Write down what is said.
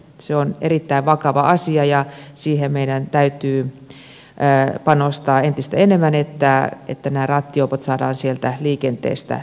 se on erittäin vakava asia ja meidän täytyy panostaa entistä enemmän siihen että nämä rattijuopot saadaan sieltä liikenteestä pois